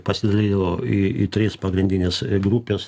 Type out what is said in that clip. pasidalijo į į tris pagrindines grupes